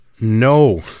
No